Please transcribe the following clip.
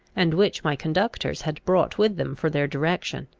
and which my conductors had brought with them for their direction.